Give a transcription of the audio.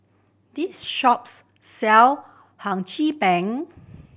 this shops sell Hum Chim Peng